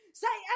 say